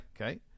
Okay